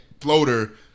floater –